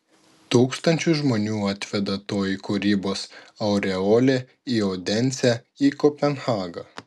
tūkstančius žmonių atveda toji kūrybos aureolė į odensę į kopenhagą